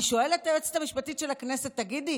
אני שואלת את היועצת המשפטית של הכנסת: תגידי,